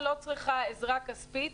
הקרן לא צריכה עזרה כספית.